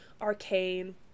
arcane